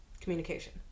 communication